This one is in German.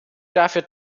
dafür